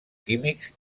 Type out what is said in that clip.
químics